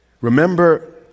remember